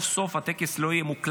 סוף-סוף הטקס לא יהיה מוקלט,